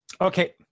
Okay